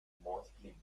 mostly